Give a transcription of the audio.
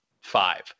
five